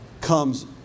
comes